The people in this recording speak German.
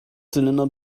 zylinder